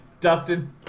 Dustin